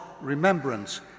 remembrance